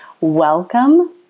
Welcome